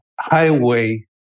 highway